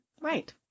Right